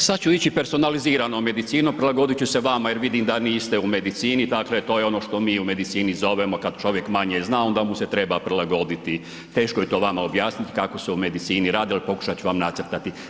E sada ću ići personaliziranom medicinom, prilagoditi ću se vama jer vidim da niste u medicini, dakle to je ono što mi u medicini zovemo kada čovjek manje zna onda mu se treba prilagoditi, teško je to vama objasniti kako se u medicini radi ali pokušati ću vam nacrtati.